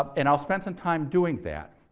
um and i'll spend some time doing that.